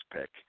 pick